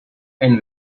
and